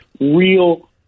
Real